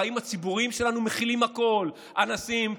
החיים הציבוריים שלנו מכילים הכול: אנסים,